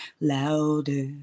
louder